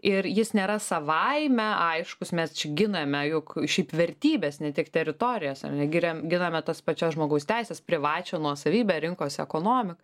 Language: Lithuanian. ir jis nėra savaime aiškus mes giname juk šiaip vertybes ne tik teritorijos giriam giname tas pačias žmogaus teises privačią nuosavybę rinkos ekonomik